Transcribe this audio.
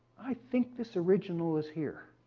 i think this original is here.